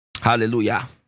Hallelujah